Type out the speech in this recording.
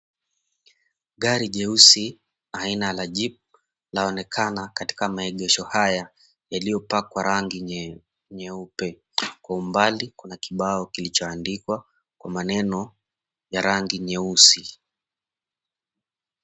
Gari jeusi aina la Jeep laonekana katika maegesho haya yaliyopakwa rangi nyeupe. Kwa umbali, kuna kibao kilichoandikwa kwa maneno ya rangi nyeusi.